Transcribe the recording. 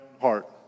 heart